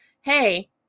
hey